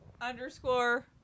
underscore